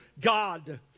God